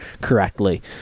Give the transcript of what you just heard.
correctly